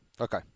Okay